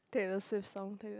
Taylor Swift song Taylor